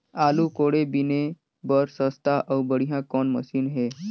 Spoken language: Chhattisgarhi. आलू कोड़े बीने बर सस्ता अउ बढ़िया कौन मशीन हे?